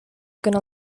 gonna